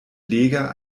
leger